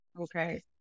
Okay